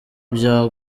bya